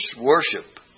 worship